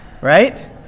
Right